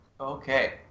Okay